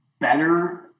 better